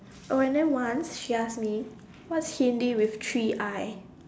oh and then once she ask me what is Hindi with three I